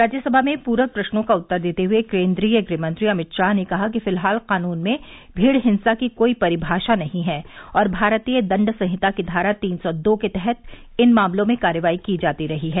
राज्यसभा में पूरक प्रश्नों का उत्तर देते हए केन्द्रीय गृहमंत्री अमित शाह ने कहा कि फिलहाल कानून में भीड़ हिंसा की कोई परिभाषा नहीं है और भारतीय दंड संहिता की धारा तीन सौ दो के तहत इन मामलों में कार्रवाई की जाती रही है